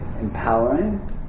empowering